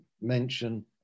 mention